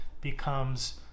becomes